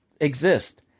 exist